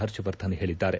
ಹರ್ಷವರ್ಧನ್ ಹೇಳಿದ್ದಾರೆ